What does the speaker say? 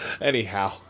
Anyhow